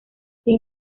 sin